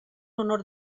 honor